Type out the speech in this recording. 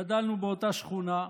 גדלנו באותה שכונה.